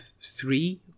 three